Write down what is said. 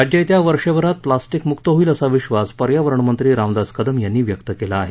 राज्य येत्या वर्षभरात प्लास्टिकमुक्त होईल असा विश्ववास पर्यावरणमंत्री रामदास कदम यांनी व्यक्त केला आहे